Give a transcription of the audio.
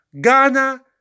Ghana